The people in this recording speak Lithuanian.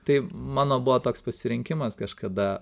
tai mano buvo toks pasirinkimas kažkada